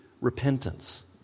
repentance